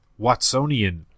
Watsonian